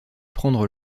prendre